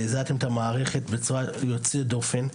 זיעזעתן את המערכת בצורה יוצאת דופן.